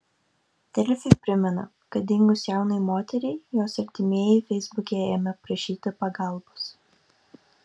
delfi primena kad dingus jaunai moteriai jos artimieji feisbuke ėmė prašyti pagalbos